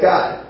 God